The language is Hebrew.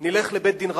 נלך לבית-דין רבני?